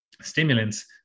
stimulants